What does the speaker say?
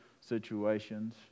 situations